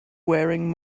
wearing